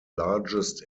largest